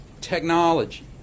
technology